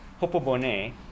hopobone